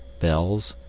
bells,